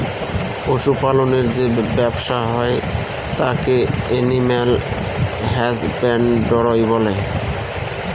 পশু পালনের যে ব্যবসা হয় তাকে এলিম্যাল হাসব্যানডরই বলে